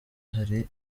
hari